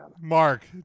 Mark